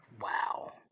Wow